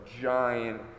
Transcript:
giant